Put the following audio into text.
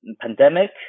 pandemic